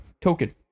Token